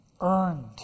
earned